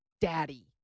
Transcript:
Daddy